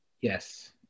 yes